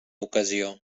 ocasió